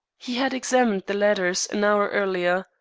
he had examined the letters an hour earlier.